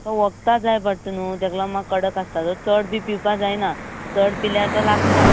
तो वखदां जाय पडटा तेका लागून तो मात्सो कडक आसता तो चड बी पिवपा जायना चड पिल्यार तो लागता